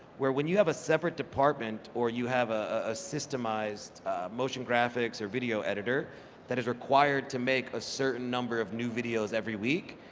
where when you have a separate department or you have a systemized motion graphics or video editor that is required to make a certain number of new videos every week,